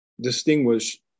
distinguish